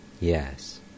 yes